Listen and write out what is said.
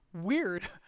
weird